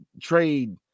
trade